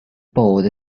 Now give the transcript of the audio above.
board